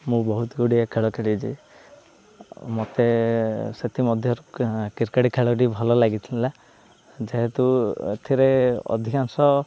ମୁଁ ବହୁତ ଗୁଡ଼ିଏ ଖେଳ ଖେଳିଛି ମୋତେ ସେଥିମଧ୍ୟରୁ କ୍ରିକେଟ୍ ଖେଳ ଟି ଭଲ ଲାଗିଥିଲା ଯେହେତୁ ଏଥିରେ ଅଧିକାଂଶ